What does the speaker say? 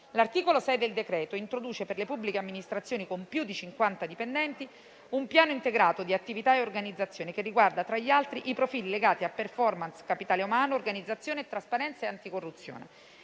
L'articolo 6 del decreto introduce per le pubbliche amministrazioni con più di 50 dipendenti un Piano integrato di attività e organizzazione che riguarda, tra gli altri, i profili legati a *performance*, capitale umano, organizzazione, trasparenza e anticorruzione.